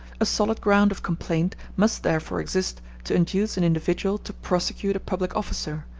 a solid ground of complaint must therefore exist to induce an individual to prosecute a public officer,